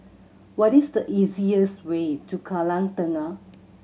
what is the easiest way to Kallang Tengah